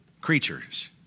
creatures